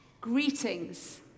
greetings